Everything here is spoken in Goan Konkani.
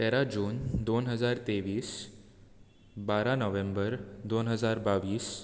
तेरा जून दोन हजार तेवीस बारा नोव्हेंबर दोन हजार बावीस